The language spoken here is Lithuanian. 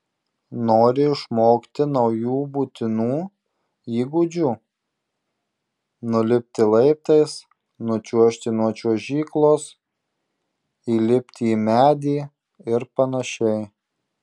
nori išmokti naujų būtinų įgūdžių nulipti laiptais nučiuožti nuo čiuožyklos įlipti į medį ir panašiai